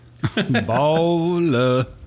Baller